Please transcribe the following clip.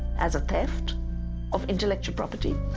as a theft of intellectual property.